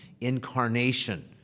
incarnation